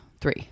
three